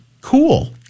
cool